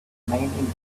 main